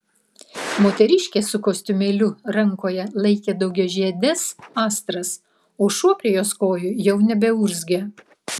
moteriškė su kostiumėliu rankoje laikė daugiažiedes astras o šuo prie jos kojų jau nebeurzgė